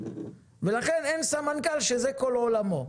ולכן אין סמנכ"ל שזה כל עולמו,